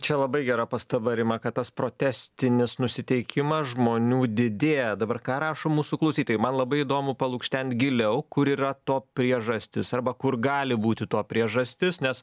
čia labai gera pastaba rima kad tas protestinis nusiteikimas žmonių didėja dabar ką rašo mūsų klausytojai man labai įdomu palukštent giliau kur yra to priežastis arba kur gali būti to priežastis nes